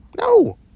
No